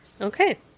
Okay